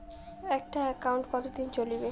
একটা একাউন্ট কতদিন চলিবে?